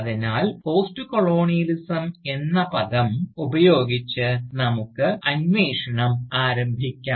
അതിനാൽ പോസ്റ്റ്കൊളോണിയലിസം എന്ന പദം ഉപയോഗിച്ച് നമുക്ക് അന്വേഷണം ആരംഭിക്കാം